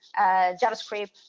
JavaScript